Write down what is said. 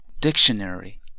dictionary